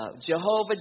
Jehovah